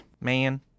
man